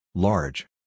Large